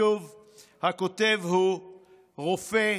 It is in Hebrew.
הכותב הוא רופא,